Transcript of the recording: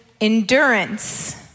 endurance